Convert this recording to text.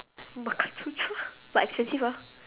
makansutra but expensive ah